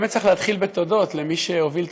באמת צריך להתחיל בתודות למי שהוביל את